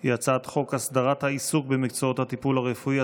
היא הצעת חוק הסדרת העיסוק במקצועות הטיפול הרפואי,